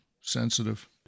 sensitive